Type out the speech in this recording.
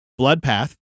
Bloodpath